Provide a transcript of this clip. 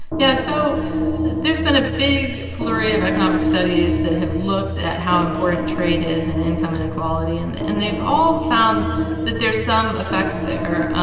yeah, so there's been a big flurry of economic studies that have looked at how important trade is and income inequality, and and they've all found that there's some effects there.